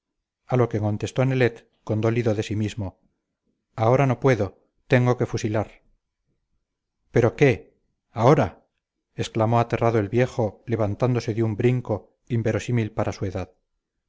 a lo que contestó nelet condolido de sí mismo ahora no puedo tengo que fusilar pero qué ahora exclamó aterrado el viejo levantándose de un brinco inverosímil para su edad